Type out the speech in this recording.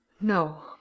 No